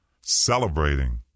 celebrating